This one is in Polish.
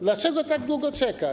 Dlaczego tak długo czeka?